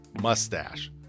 mustache